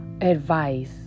advice